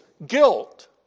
Guilt